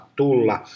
tulla